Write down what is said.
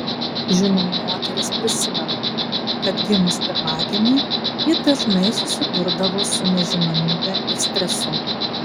žinoma moteris prisimena kad gimus pirmagimiui ji dažnai susidurdavo su nežinomybe ir stresu